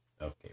Okay